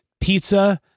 pizza